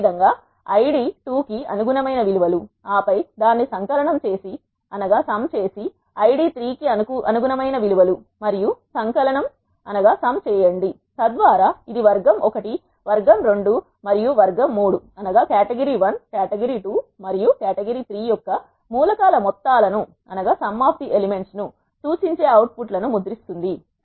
అదేవిధంగా ఐడి 2 కి అనుగుణమైన విలువ లు ఆపై దాన్ని సంకలనం చేసి ఐడి 3 కి అనుగుణమైన విలువ లు మరియు సంకలనం చేయండి తద్వారా ఇది వర్గం 1 వర్గం 2 మరియు వర్గం 3 యొక్క మూల కాల మొత్తాలను సూచించే అవుట్పుట్లను ముద్రిస్తుంది